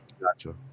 gotcha